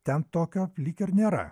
ten tokio lyg ir nėra